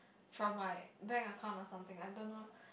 from my bank account or something I don't know